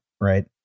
right